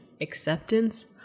Acceptance